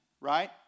right